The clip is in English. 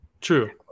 True